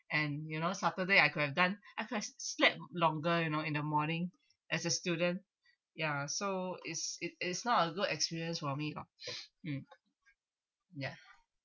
and you know saturday I could have done I could have s~ slept longer you know in the morning as a student ya so is it is not a good experience for me loh mm yeah